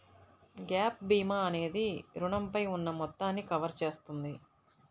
gap భీమా అనేది రుణంపై ఉన్న మొత్తాన్ని కవర్ చేస్తుంది